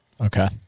Okay